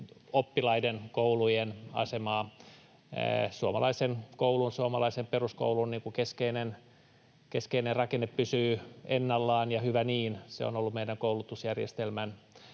Suomalaisen koulun, suomalaisen peruskoulun, keskeinen rakenne pysyy ennallaan, ja hyvä niin. Se on ollut meidän koulutusjärjestelmän